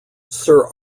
sir